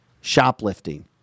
shoplifting